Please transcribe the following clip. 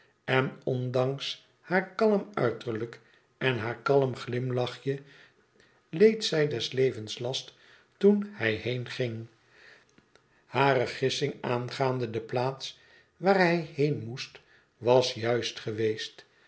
en ondanks haar kalm uiterlijk en haar kalm glimlachje leed zij des levens last toen hij heenging hare gissing aangaande de plaats waar hij heen moest was juist geweest